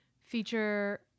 feature